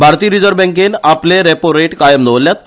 भारतीय रिजर्व बँकेन आपले रेपो रेट कायम दवरल्यात